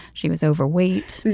she was overweight